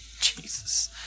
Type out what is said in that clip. Jesus